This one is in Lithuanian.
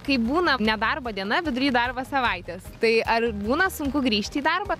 kai būna nedarbo diena vidury darbo savaitės tai ar būna sunku grįžti į darbą